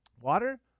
Water